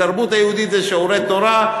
התרבות היהודית זה שיעורי תורה,